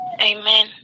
Amen